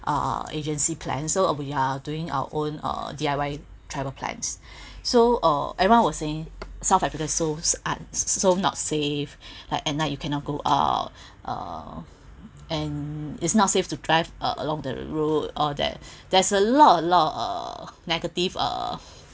uh agency plans so what we are doing our own uh D_I_Y travel plans so uh everyone was saying south africa so aren't so not safe like at night you cannot go out uh and is not safe to drive uh along the road all that there's a lot of a lot uh negative uh